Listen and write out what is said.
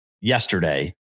yesterday